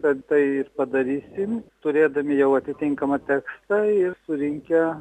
kad tai padarysim turėdami jau atitinkamą tekstą ir surinkę